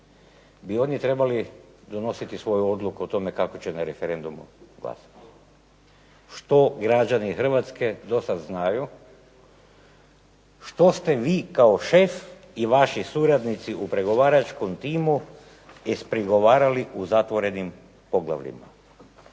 bi oni trebali donositi svoju odluku o tome kako će na referendumu glasati? Što građani Hrvatske dosad znaju, što ste vi kao šef i vaši suradnici u pregovaračkom timu ispregovarali u zatvorenim poglavljima?